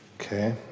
Okay